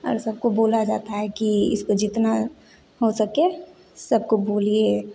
और सबको बोला जाता है कि इसको जितना हो सके सबको बोलिए